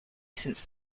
since